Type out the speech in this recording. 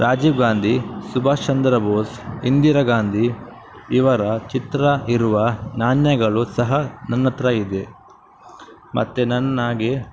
ರಾಜೀವ್ ಗಾಂಧಿ ಸುಭಾಷ್ ಚಂದ್ರ ಬೋಸ್ ಇಂದಿರಾ ಗಾಂಧಿ ಇವರ ಚಿತ್ರ ಇರುವ ನಾಣ್ಯಗಳು ಸಹ ನನ್ನ ಹತ್ರ ಇದೆ ಮತ್ತು ನನಗೆ